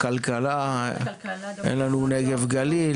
כלכלה, אין לנו נגב גליל.